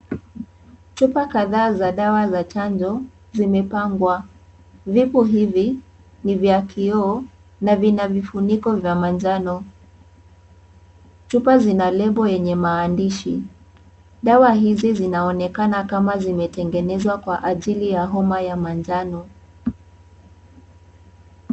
Chupa kadhaa za dawa za chanjo zimepangwa ,vipo hivi ni vya kioo na vina vifuniko vya manjano chupa zina lebo yenye maandishi dawa hizi zimeonekana kama zimetengenezwa kwa ajili ya homa ya manjano.